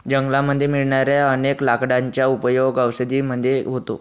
जंगलामध्ये मिळणाऱ्या अनेक लाकडांचा उपयोग औषधी मध्ये होतो